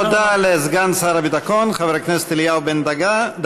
תודה לסגן שר הביטחון, חבר הכנסת אלי בן-דהן.